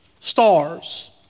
Stars